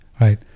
right